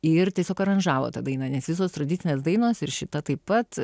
ir tiesiog aranžavo tą dainą nes visos tradicinės dainos ir šita taip pat